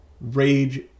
rage